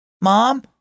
Mom